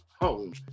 home